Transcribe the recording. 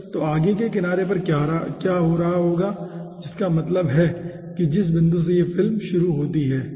तो आगे के किनारे पर क्या हो रहा होगा जिसका मतलब है कि जिस बिंदु से यह फिल्म शुरू होती है